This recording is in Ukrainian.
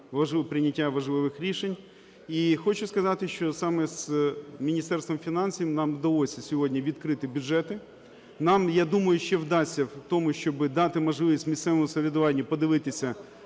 прийняття важливих рішень. І хочу сказати, що саме з Міністерством фінансів нам вдалося сьогодні відкрити бюджети, нам, я думаю, ще вдасться в тому, щоб дати можливість місцевому самоврядуванню подивитися